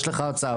יש לך צו.